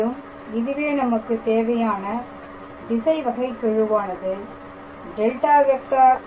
மேலும் இதுவே நமக்கு தேவையான திசைவகைகெழுவானது ∇⃗⃗ fP